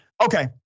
Okay